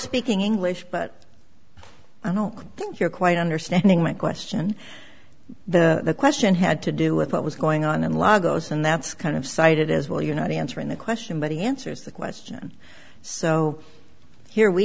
speaking english but i don't think you're quite understanding my question the question had to do with what was going on in law goes and that's kind of cited as well you're not answering the question but he answers the question so here we